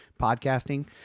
podcasting